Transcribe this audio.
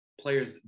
players